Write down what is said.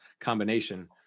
combination